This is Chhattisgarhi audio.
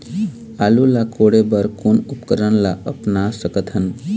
आलू ला कोड़े बर कोन उपकरण ला अपना सकथन?